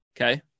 Okay